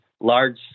large